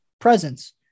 presence